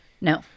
No